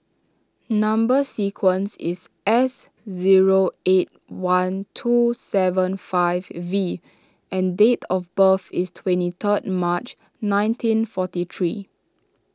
Number Sequence is S zero eight one two seven five V and date of birth is twenty third March nineteen forty three